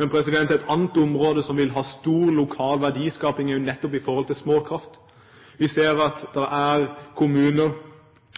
Et annet område som vil ha stor lokal verdiskaping, er nettopp småkraft. Vi ser at det er kommuner,